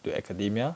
to academia